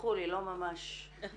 תסלחו לי, לא ממש בקיאה.